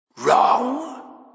Wrong